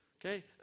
okay